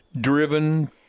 driven